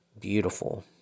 beautiful